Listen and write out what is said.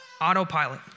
autopilot